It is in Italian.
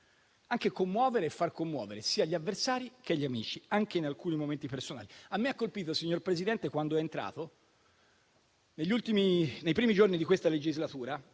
anche di commuovere e far commuovere, sia gli avversari che gli amici, anche in alcuni momenti personali. A me ha colpito, signor Presidente, quando è entrato in Aula nei primi giorni di questa legislatura.